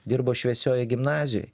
dirbo šviesiojoj gimnazijoj